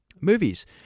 movies